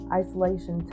isolation